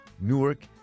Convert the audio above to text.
Newark